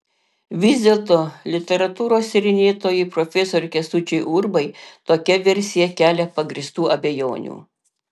vis dėlto literatūros tyrinėtojui profesoriui kęstučiui urbai tokia versija kelia pagrįstų abejonių